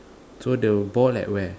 so the ball at where